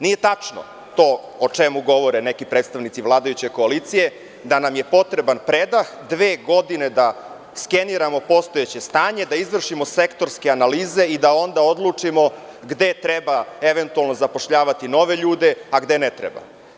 Nije tačno to o čemu govore neki predstavnici vladajuće koalicije, da nam je potreban predah dve godine da skeniramo postojeće stanje, da izvršimo sektorske analize i da onda odlučimo gde treba eventualno zapošljavati nove ljude, a gde ne treba.